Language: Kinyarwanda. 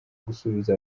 gusubiza